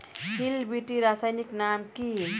Hill বিটি রাসায়নিক নাম কি?